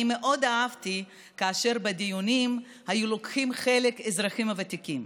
אני מאוד אהבתי כאשר בדיונים היו לוקחים חלק האזרחים הוותיקים,